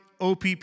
OPP